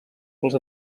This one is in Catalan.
pels